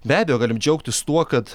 be abejo galim džiaugtis tuo kad